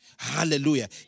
Hallelujah